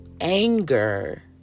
anger